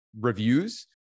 reviews